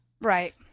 Right